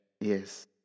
Yes